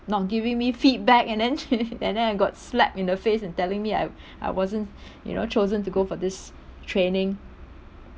not giving me feedback and then and then I got slapped in the face in telling me I I wasn't you know chosen to go for this training